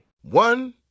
One